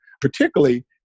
particularly